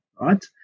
right